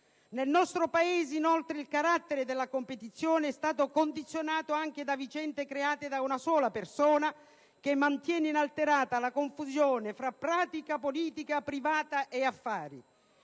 Nel nostro Paese, inoltre, il carattere della competizione è stato condizionato anche da vicende create da una sola persona, che mantiene inalterata la confusione tra pratica politica privata e affari.